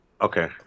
Okay